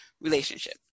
relationship